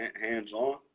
hands-on